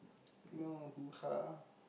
you know hoo-ha